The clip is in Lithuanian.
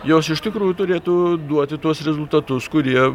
jos iš tikrųjų turėtų duoti tuos rezultatus kurie